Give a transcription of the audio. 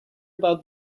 about